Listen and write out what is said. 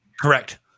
Correct